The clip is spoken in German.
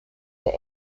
der